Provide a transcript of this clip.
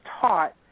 taught